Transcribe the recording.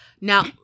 Now